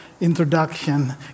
introduction